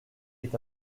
est